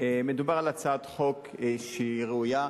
מדובר על הצעת חוק שהיא ראויה,